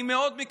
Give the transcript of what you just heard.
אני מאוד מקווה,